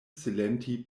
silenti